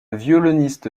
violoniste